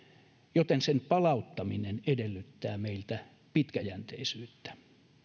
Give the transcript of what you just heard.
ja sen palauttaminen edellyttää meiltä pitkäjänteisyyttä